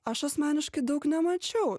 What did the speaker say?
aš asmeniškai daug nemačiau